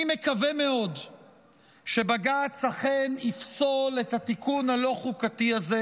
אני מקווה מאוד שבג"ץ אכן יפסול את התיקון הלא-חוקתי הזה,